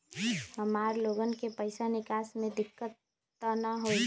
हमार लोगन के पैसा निकास में दिक्कत त न होई?